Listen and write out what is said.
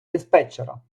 диспетчера